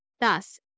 Thus